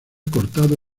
cortado